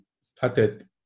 started